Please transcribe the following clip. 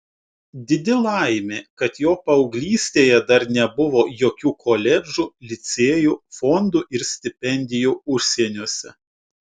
didi laimė kad jo paauglystėje dar nebuvo jokių koledžų licėjų fondų ir stipendijų užsieniuose